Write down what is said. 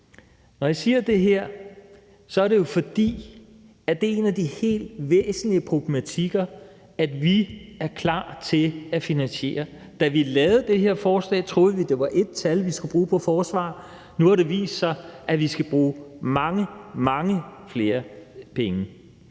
Når jeg siger det her, er det, fordi det er en af de helt væsentlige problematikker, at vi er klar til at finansiere det. Da vi lavede det her forslag, troede vi, at det var ét tal, vi skulle bruge på forsvar, men nu har det vist sig, at vi skal bruge mange, mange flere penge.